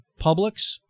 Publix